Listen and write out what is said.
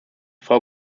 frau